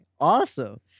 awesome